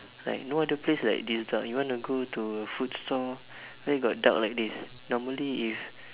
like no other place like this dark even you want to go to food store where got dark like this normally if